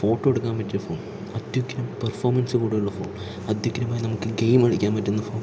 photo എടുക്കാൻ പറ്റിയ phone അത്യുഗ്രൻ പെർഫോമൻസ് കൂടുതലുള്ള ഫോൺ അത്യുഗ്രമായി നമുക്ക് ഗെയിം കളിക്കാൻ പറ്റുന്ന ഫോൺ